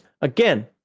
again